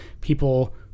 people